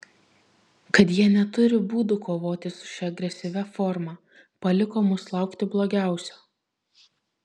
kad jie neturi būdų kovoti su šia agresyvia forma paliko mus laukti blogiausio